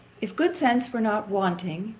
if good sense were not wanting,